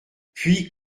puis